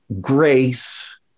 grace